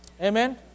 Amen